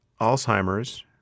Alzheimer's